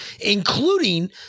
including